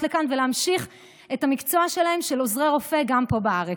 לכאן ולהמשיך את המקצוע שלהם של עוזרי רופא גם פה בארץ.